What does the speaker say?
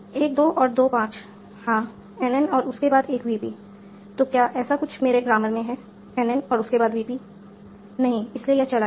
12 और 25 हां NN और उसके बाद एक VP तो क्या ऐसा कुछ मेरे ग्रामर में है NN और उसके बाद VP नहीं इसलिए यह चला गया